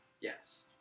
Yes